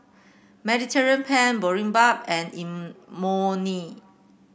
Mediterranean Penne Boribap and Imoni